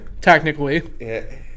technically